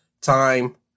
time